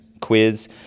quiz